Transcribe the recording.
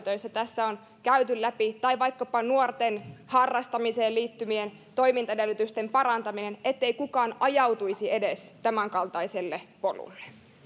joita tässä on käyty läpi vaikkapa nuorten harrastamiseen liittyvien toimintaedellytysten parantamiseen ettei kukaan edes ajautuisi tämänkaltaiselle polulle